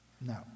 No